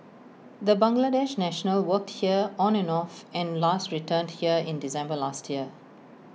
the Bangladesh national worked here on and off and last returned here in December last year